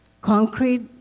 concrete